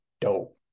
dope